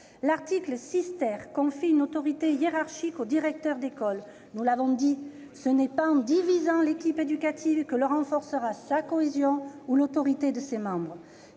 L'article 6 confie une autorité hiérarchique aux directeurs d'école. Nous l'avons dit, ce n'est pas en divisant l'équipe éducative que l'on renforcera sa cohésion ou l'autorité de ses membres.